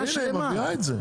אז הנה, היא מביאה את זה.